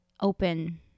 open